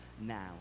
now